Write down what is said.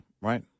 right